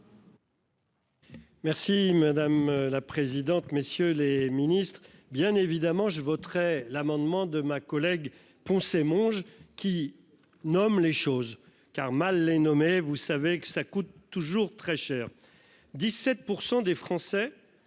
Merci madame la présidente, messieurs les Ministres, bien évidemment je voterai l'amendement de ma collègue poncer Monge qui nomme les choses car mal les nommer. Vous savez que ça coûte toujours très cher.